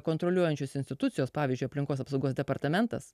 kontroliuojančios institucijos pavyzdžiui aplinkos apsaugos departamentas